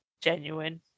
genuine